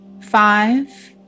Five